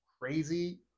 crazy